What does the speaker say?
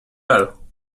bell